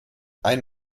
ein